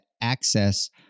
access